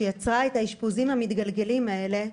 שיצרה את האשפוזים המתגלגלים האלה,